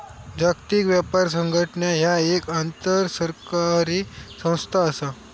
जागतिक व्यापार संघटना ह्या एक आंतरसरकारी संस्था असा